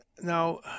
Now